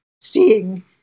seeing